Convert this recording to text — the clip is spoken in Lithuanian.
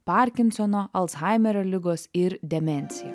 parkinsono alzhaimerio ligos ir demencija